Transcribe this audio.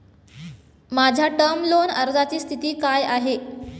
माझ्या term loan अर्जाची स्थिती काय आहे?